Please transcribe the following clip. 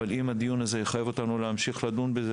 אבל אם הוא יחייב אותנו להמשיך לדון בנושא הזה